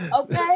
Okay